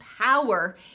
power